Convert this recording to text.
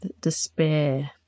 despair